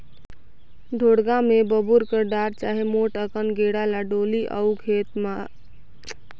ढोड़गा मे बबूर कर डार चहे मोट अकन गेड़ा ल डोली अउ खेत ल रूधे बर गाड़ल जाथे